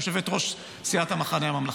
יושבת-ראש סיעת המחנה הממלכתי.